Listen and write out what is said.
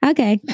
Okay